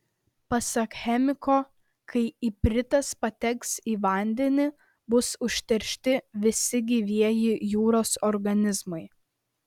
pasak chemiko kai ipritas pateks į vandenį bus užteršti visi gyvieji jūros organizmai